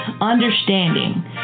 understanding